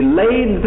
laid